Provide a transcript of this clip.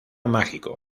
mágico